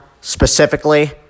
specifically